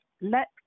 Let